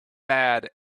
bad